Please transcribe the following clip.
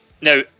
Now